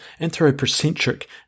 anthropocentric